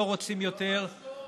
לא רוצים יותר,